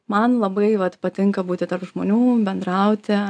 man labai vat patinka būti tarp žmonių bendrauti